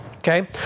Okay